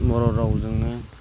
बर' रावजोंनो